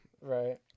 right